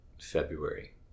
February